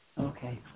Okay